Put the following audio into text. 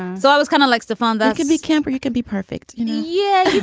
so i was kind of like stefon that could be camera you could be perfect you know yeah